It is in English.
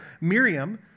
Miriam